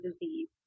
disease